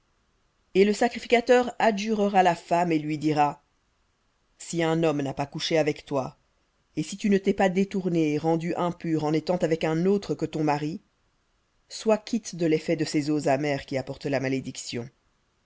et le sacrificateur adjurera la femme et lui dira si un homme n'a pas couché avec toi et si tu ne t'es pas détournée et rendue impure en étant avec un autre que ton mari sois quitte de ces eaux amères qui apportent la malédiction